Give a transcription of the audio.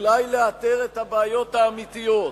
אולי לאתר את הבעיות האמיתית.